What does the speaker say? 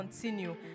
continue